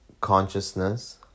consciousness